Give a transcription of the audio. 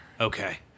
Okay